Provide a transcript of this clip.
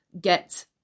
get